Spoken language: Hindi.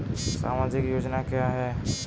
सामाजिक योजना क्या है?